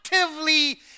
actively